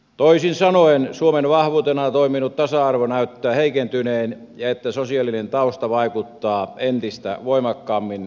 toisin sanoen suomen vahvuutena toiminut tasa arvo näyttää heikentyneen ja sosiaalinen tausta vaikuttaa entistä voimakkaammin oppituloksiin